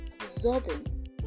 Absorbing